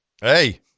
Hey